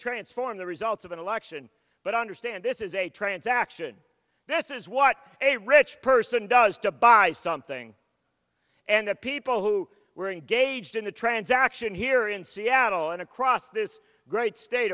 transform the results of an election but understand this is a transaction this is what a rich person does to buy something and the people who were engaged in the transaction here in seattle and across this great state